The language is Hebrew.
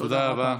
תודה רבה.